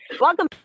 Welcome